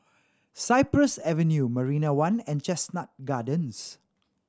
Cypress Avenue Marina One and Chestnut Gardens